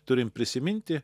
turim prisiminti